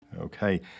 Okay